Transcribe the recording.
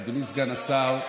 אדוני סגן השר,